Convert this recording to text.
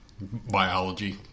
biology